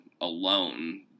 alone